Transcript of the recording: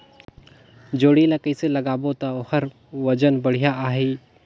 जोणी ला कइसे लगाबो ता ओहार मान वजन बेडिया आही?